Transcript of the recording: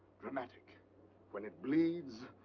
dramatic when it bleeds.